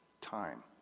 Time